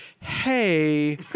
hey